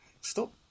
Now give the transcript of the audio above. Stop